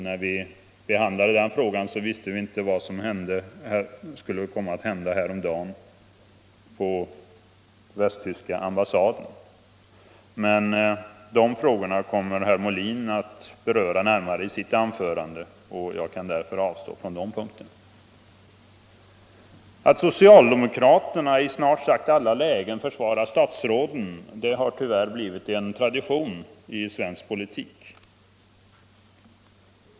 När vi behandlade den frågan visste vi inte vad som skulle komma att hända på västtyska ambassaden. De frågorna kommer emellertid herr Molin att närmare beröra i sitt anförande, och jag kan därför avstå från att tala om dem. Att socialdemokraterna i snart sagt alla lägen försvarar statsråden har tyvärr blivit en tradition i svensk politik.